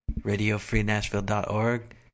radiofreenashville.org